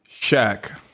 Shaq